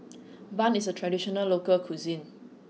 Bun is a traditional local cuisine